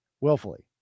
willfully